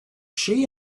she